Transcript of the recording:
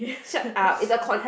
shut up it's a con~